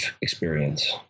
experience